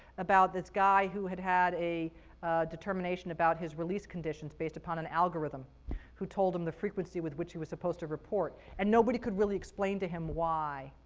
about this guy who had had a determination about his release conditions based upon an algorithm who told him the frequency with which he was supposed to report. and nobody could really explain to him why,